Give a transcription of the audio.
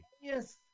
yes